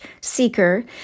seeker